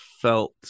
felt